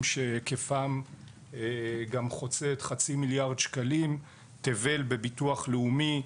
שהיקפם גם חוצה את חצי מיליארד שקלים: תבל בביטוח לאומי,